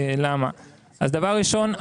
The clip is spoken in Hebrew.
הדבר הראשון,